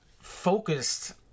focused